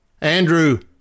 Andrew